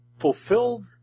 fulfilled